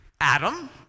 Adam